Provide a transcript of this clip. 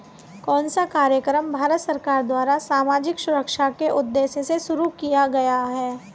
कौन सा कार्यक्रम भारत सरकार द्वारा सामाजिक सुरक्षा के उद्देश्य से शुरू किया गया है?